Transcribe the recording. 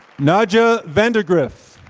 nadia vandergriff